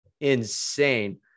insane